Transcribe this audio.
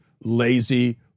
lazy